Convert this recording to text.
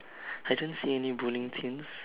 I don't see any bowling things